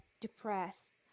depressed